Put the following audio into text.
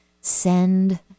send